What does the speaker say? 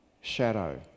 shadow